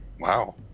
Wow